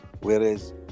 Whereas